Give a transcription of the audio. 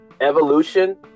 evolution